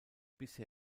bisher